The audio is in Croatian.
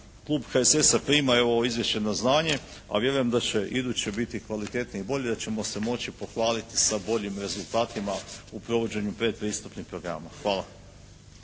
klub HSS-a prima evo ovo izvješće na znanje, a vjerujem da će iduće biti kvalitetnije i bolje, da ćemo se moći pohvaliti sa boljim rezultatima u provođenju predpristupnih programa. Hvala.